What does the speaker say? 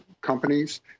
companies